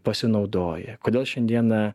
pasinaudoja kodėl šiandieną